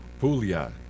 Puglia